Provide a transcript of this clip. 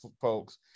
folks